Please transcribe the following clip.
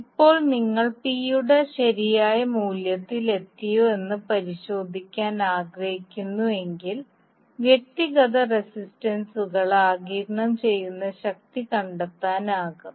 ഇപ്പോൾ നിങ്ങൾ P യുടെ ശരിയായ മൂല്യത്തിൽ എത്തിയോ എന്ന് പരിശോധിക്കാൻ ആഗ്രഹിക്കുന്നുവെങ്കിൽ വ്യക്തിഗത റെസിസ്റ്ററുകൾ ആഗിരണം ചെയ്യുന്ന ശക്തി കണ്ടെത്താനാകും